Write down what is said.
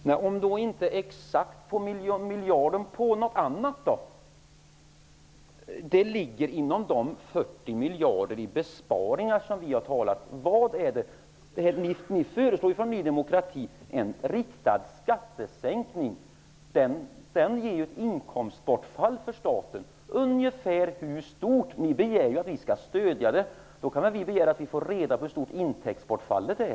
Herr talman! Men om Ulf Eriksson inte kan säga hur mycket exakt på miljarden, kan han kanske säga hur mycket det kostar exakt på någonting annat. Det ligger inom de 40 miljarder i besparingar som vi har talat om, säger han. Vad betyder det? Ni föreslår från Ny demokrati en riktad skattesänkning. Den ger ett inkomstbortfall för staten. Ungefär hur stort blir det? Ni begär att vi skall stödja det förslaget. Då kan väl vi begära att vi får reda på hur stort inkomstbortfallet är.